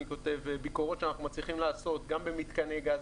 אני כותב ביקורות שאנחנו מצליחים לעשות גם במיתקני גז,